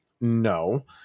No